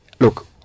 look